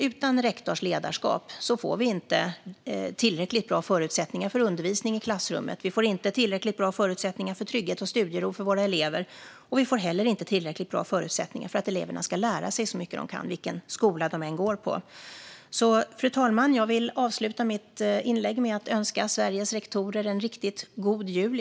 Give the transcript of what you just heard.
Utan rektorns ledarskap får vi inte tillräckligt bra förutsättningar för undervisning i klassrummet. Vi får inte tillräckligt bra förutsättningar för trygghet och studiero för våra elever, och vi får heller inte tillräckligt bra förutsättningar för att eleverna ska lära sig så mycket de kan, vilken skola de än går på. Fru talman! Jag vill avsluta mitt inlägg med att önska Sveriges rektorer en riktigt god jul.